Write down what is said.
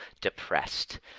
depressed